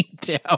down